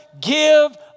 give